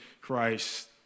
Christ